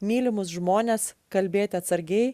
mylimus žmones kalbėti atsargiai